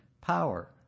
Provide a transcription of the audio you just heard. power